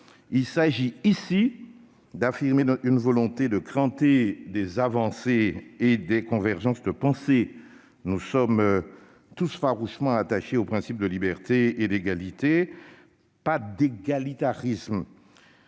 Il s'agit ici d'affirmer notre volonté de cranter des avancées et des convergences de pensée. Nous sommes tous farouchement attachés aux principes de liberté et d'égalité, et non d'égalitarisme.